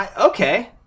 okay